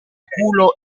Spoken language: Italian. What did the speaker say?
culo